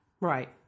Right